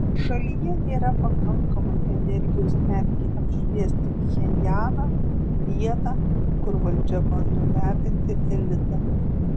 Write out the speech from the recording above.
šalyje nėra pakankamai energijos netgi apšviesti pchenjaną vietą kur valdžia bando lepinti elitą